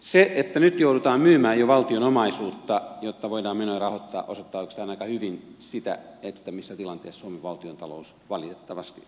se että nyt joudutaan myymään jo valtion omaisuutta jotta voidaan menoja rahoittaa osoittaa oikeastaan aika hyvin sitä missä tilanteessa suomen valtiontalous valitettavasti on